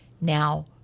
Now